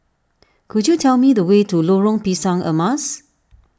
could you tell me the way to Lorong Pisang Emas